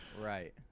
Right